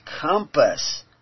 compass